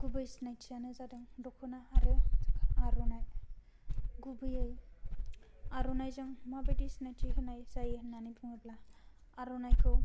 गुबै सिनायथि आनो जादों दख'ना आरो आर'नाइ गुबैयै आरनाइ जों मा बायदि सिनायथि होनाय जायो होननानै बुंङोब्ला आरनाइखौ